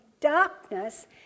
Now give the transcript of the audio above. darkness